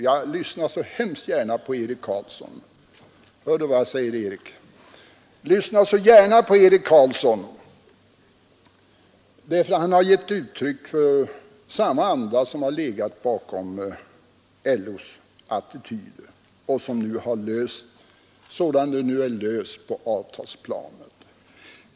Jag lyssnade t.ex. mycket gärna på herr Carlsson i Vikmanshyttan — hör nu på vad jag säger, vännen Carlsson — som gav uttryck åt precis samma anda som har legat bakom LO:s attityd som nu har fått en lösning på avtalsplanet.